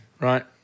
right